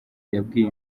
yabwiye